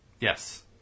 Yes